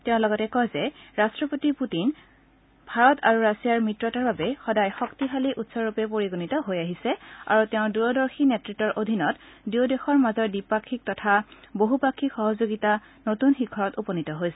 তেওঁ লগতে কয় যে ৰাট্টপতি পুটিন ভাৰত আৰু ৰাছিয়াৰ মিত্ৰতাৰ বাবে সদায় শক্তিশালী উৎসৰূপে পৰিগণিত হৈ আহিছে আৰু তেওঁৰ দূৰদৰ্শী নেতৃত্বৰ অধীনত দুয়োদেশৰ মাজৰ দ্বিপাক্ষিক তথা বহুপাক্ষিক সহযোগিতা নতুন শিখৰত উপনীত হৈছে